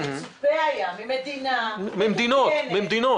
ומצופה היה ממדינה מתוקנת --- ממדינות,